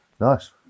Nice